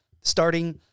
starting